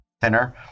thinner